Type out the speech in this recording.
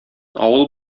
авыл